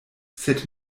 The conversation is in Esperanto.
sed